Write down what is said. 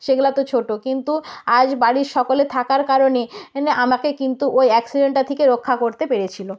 সেগুলো তো ছোটো কিন্তু আজ বাড়ির সকলে থাকার কারণে আমাকে কিন্তু ওই অ্যাক্সিডেন্টটা থেকে রক্ষা করতে পেরেছিল